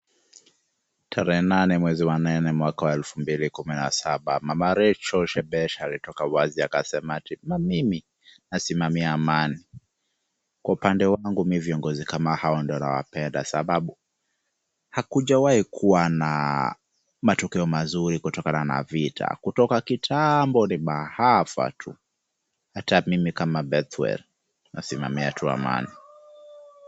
Tarehe nane, mwezi wa nane, mwaka wa elfu mbili kumi na saba, mama Rachael Shebesh, alitoka wazi akasema ati Mimi nasimamia amani. Kwa upande wangu mi viongozi kama hawa ndio nawapenda sababu, hakujawahi kuwa na matukio mazuri kutokana na vita. Kutoka kitambo ni maafa tu. Hata mimi kama Bethwel nasimamia tu amani.